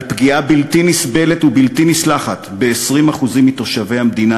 על פגיעה בלתי נסבלת ובלתי נסלחת ב-20% מתושבי המדינה,